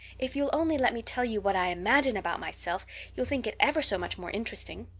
if you'll only let me tell you what i imagine about myself you'll think it ever so much more interesting.